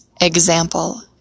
Example